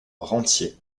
rentier